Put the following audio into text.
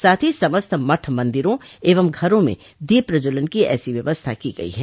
साथ ही समस्त मठ मन्दिरों एवं घरों में दीप प्रज्ज्वलन की ऐसी व्यवस्था की गई है